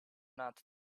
not